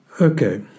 Okay